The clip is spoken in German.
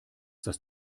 das